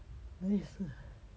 没是